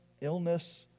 illness